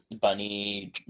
bunny